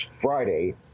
Friday